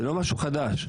זה לא משהו חדש.